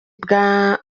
bwa